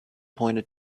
pointed